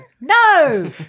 no